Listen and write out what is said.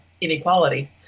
inequality